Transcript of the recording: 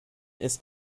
ist